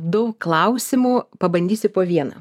daug klausimų pabandysiu po vieną